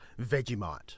Vegemite